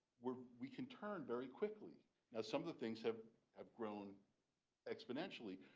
we're we can turn very quickly. now some of the things have have grown exponentially,